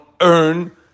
earn